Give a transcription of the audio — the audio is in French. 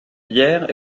bière